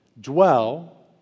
dwell